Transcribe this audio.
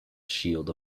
shield